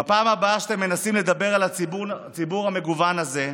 בפעם הבאה שאתם מנסים לדבר על הציבור המגוון הזה,